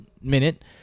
minute